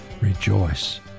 rejoice